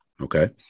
Okay